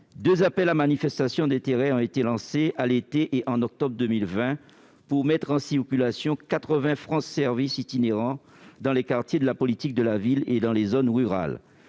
deux appels à manifestation d'intérêt ont été lancés à l'été et en octobre 2020 pour mettre en circulation quatre-vingts espaces France Services itinérants dans les quartiers de la politique de la ville et dans les zones rurales.